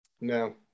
No